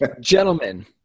gentlemen